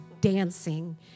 dancing